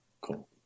Cool